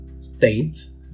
States